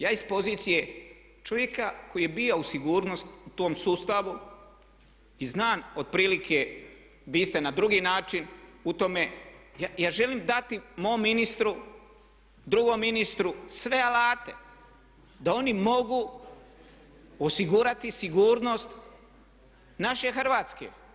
Ja iz pozicije čovjeka koji je bio u sigurnosti u tom sustavu i znam otprilike, vi ste na drugi način u tome, ja želim dati mom ministru, drugom ministru sve alate da oni mogu osigurati sigurnost naše Hrvatske.